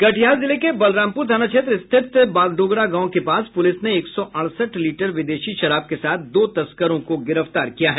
कटिहार जिले के बलरामपूर थाना क्षेत्र स्थित बागडोगरा गांव के पास पूलिस ने एक सौ अड़सठ लीटर विदेशी शराब के साथ दो तस्करों को गिरफ्तार किया है